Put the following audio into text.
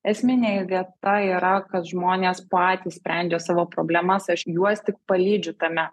esminė vieta yra kad žmonės patys sprendžia savo problemas aš juos tik palydžiu tame